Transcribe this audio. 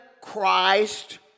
Christ